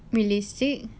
realistic